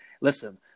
listen